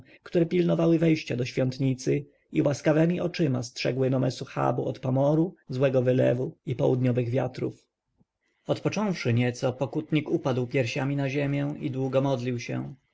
które pilnowały wejścia do świątnicy i łaskawemi oczyma strzegły nomesu habu od pomoru złego wylewu i południowych wiatrów odpocząwszy nieco pokutnik upadł piersiami na ziemię i długo modlił się